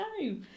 No